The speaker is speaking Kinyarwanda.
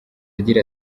agira